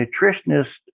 nutritionist